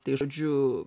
tai žodžiu